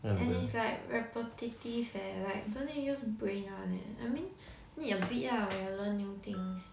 and it's like repetitive eh like don't need use brain one eh I mean need a bit ah when you learn new things